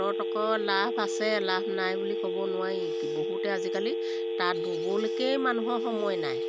তাঁতত আকৌ লাভ আছে লাভ নাই বুলি ক'ব নোৱাৰি কি বহুতে আজিকালি তাঁত ব'বলৈকেই মানুহৰ সময় নাই